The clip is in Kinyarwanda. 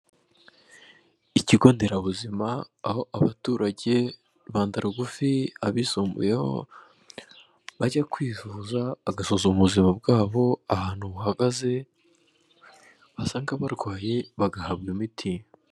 Ikigo nderabuzima, aho abaturage; rubanda rugufi, abisumbuyeho, bajya kwivuza, bagasuzuma ubuzima bwabo, ahantu buhagaze, basanga barwaye bagahabwa imiti.